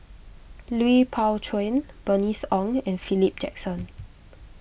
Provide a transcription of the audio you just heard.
Lui Pao Chuen Bernice Ong and Philip Jackson